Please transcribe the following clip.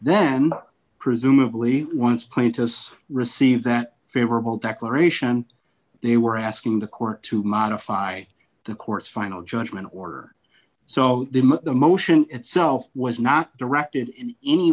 then presumably once plaintiffs receive that favorable declaration they were asking the court to modify the court's final judgment order so the motion itself was not directed in any